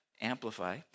amplify